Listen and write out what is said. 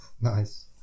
Nice